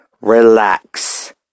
relax